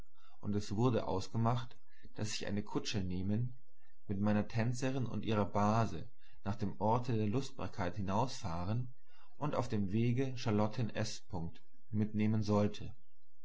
und es wurde ausgemacht daß ich eine kutsche nehmen mit meiner tänzerin und ihrer base nach dem orte der lustbarkeit hinausfahren und auf dem wege charlotten s mitnehmen sollte